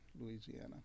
Louisiana